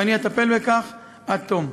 ואני אטפל בכך עד תום.